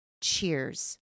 cheers